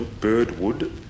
Birdwood